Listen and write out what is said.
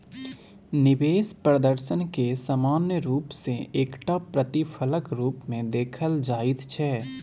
निवेश प्रदर्शनकेँ सामान्य रूप सँ एकटा प्रतिफलक रूपमे देखल जाइत छै